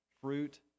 fruit